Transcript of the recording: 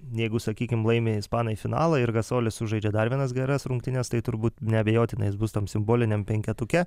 jeigu sakykim laimi ispanai finalą ir gazolis sužaidžia dar vienas geras rungtynes tai turbūt neabejotinai jis bus tam simboliniam penketuke